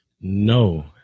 No